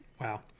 Wow